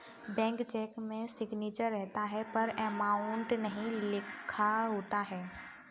blank cheque में signature रहता है पर अमाउंट नहीं लिखा होता है